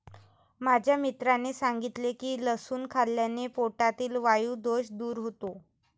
माझ्या मित्राने सांगितले की लसूण खाल्ल्याने पोटातील वायु दोष दूर होतो